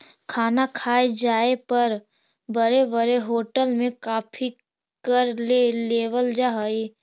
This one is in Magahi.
खाना खाए जाए पर बड़े बड़े होटल में काफी कर ले लेवल जा हइ